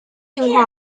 进化